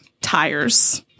tires